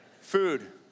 food